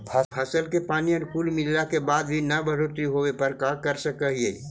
फसल के पानी अनुकुल मिलला के बाद भी न बढ़ोतरी होवे पर का कर सक हिय?